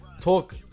talk